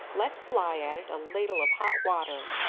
let fly at it a ladle of hot water.